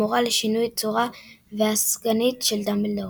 המורה לשינוי צורה והסגנית של דמבלדור.